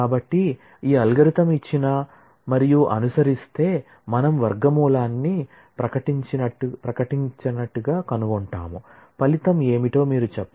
కాబట్టి ఈ అల్గోరిథం ఇచ్చిన మరియు అనుసరిస్తే మనం వర్గమూలాన్ని ప్రకటికంగా కనుగొంటాము ఫలితం ఏమిటో మీరు చెప్పగలరా